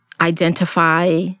identify